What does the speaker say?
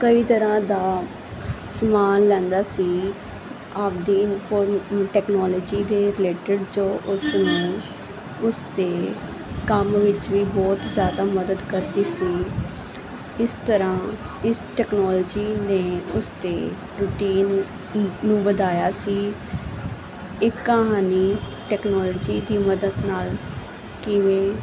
ਕਈ ਤਰ੍ਹਾਂ ਦਾ ਸਮਾਨ ਲੈਂਦਾ ਸੀ ਆਪਦੀ ਫੋਰ ਟੈਕਨੋਲੋਜੀ ਦੇ ਰਿਲੇਟੀਡ ਜੋ ਉਸ ਨੂੰ ਉਸ 'ਤੇ ਕੰਮ ਵਿੱਚ ਵੀ ਬਹੁਤ ਜ਼ਿਆਦਾ ਮਦਦ ਕਰਦੀ ਸੀ ਇਸ ਤਰ੍ਹਾਂ ਇਸ ਟੈਕਨੋਲੋਜੀ ਨੇ ਉਸ ਦੀ ਰੂਟੀਨ ਨੂੰ ਨੂੰ ਵਧਾਇਆ ਸੀ ਇੱਕ ਕਹਾਣੀ ਟੈਕਨੋਲੋਜੀ ਦੀ ਮਦਦ ਨਾਲ ਕਿਵੇਂ